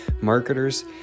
marketers